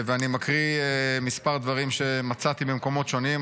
ואני אקריא מספר דברים שמצאתי במקומות שונים.